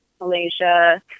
Malaysia